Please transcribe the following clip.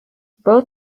both